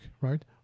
right